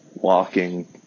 Walking